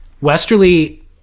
Westerly